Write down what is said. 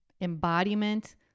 embodiment